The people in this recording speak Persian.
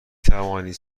توانید